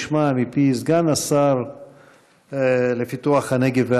נשמע מפי סגן השר לפיתוח הנגב והגליל,